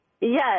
Yes